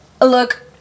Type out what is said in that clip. look